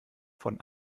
von